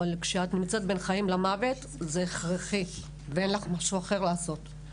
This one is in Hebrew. אבל כשאת נמצאת בין חיים למוות זה הכרחי ואין לך משהו אחר לעשות.